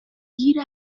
گیر